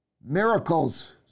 miracles